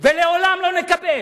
ולעולם לא נקבל,